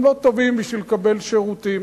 הם לא טובים בשביל לקבל שירותים.